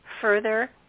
further